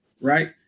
right